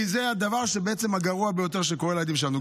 כי זה הדבר שבעצם הגרוע ביותר לכל הילדים שלנו.